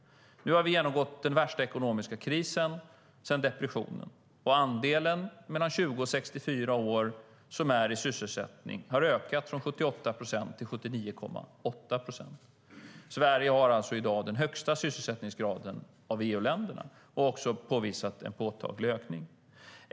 Nu har vi genomgått den värsta ekonomiska krisen sedan depressionen, och andelen mellan 20 och 64 år som är i sysselsättning har ökat från 78 procent till 79,8 procent. Sverige har alltså i dag den högsta sysselsättningsgraden av EU-länderna och har också påvisat en påtaglig ökning.